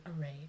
array